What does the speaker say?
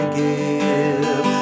give